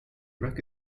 wreck